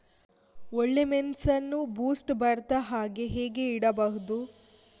ಒಳ್ಳೆಮೆಣಸನ್ನು ಬೂಸ್ಟ್ ಬರ್ದಹಾಗೆ ಹೇಗೆ ಇಡಬಹುದು?